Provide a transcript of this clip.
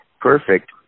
Perfect